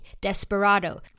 Desperado